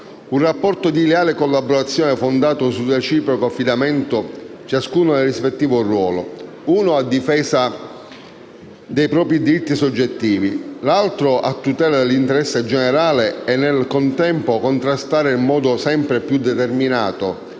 un rapporto di leale collaborazione fondato sul reciproco affidamento ciascuno nel rispettivo ruolo: uno a difesa dei propri diritti soggettivi, l'altro a tutela dell'interesse generale e nel contempo a contrastare in modo sempre più determinato